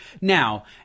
Now